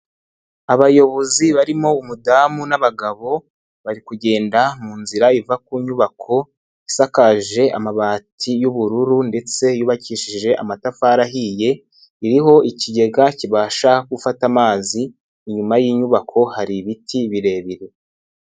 Abayobozi barimo umudamu n'abagabo bari kugenda mu nzira iva ku nyubako isakaje amabati y'ubururu ndetse yubakishije amatafari ahiye iriho ikigega kibasha gufata amazi, inyuma y'inyubako hari ibiti birebire.